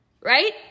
right